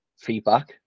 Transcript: feedback